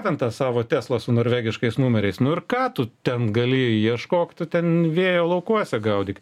ten tą savo teslą su norvegiškais numeriais nu ir ką tu ten gali ieškok tu ten vėjo laukuose gaudyk